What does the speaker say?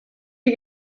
you